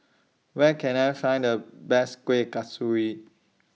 Where Can I Find The Best Kueh Kasturi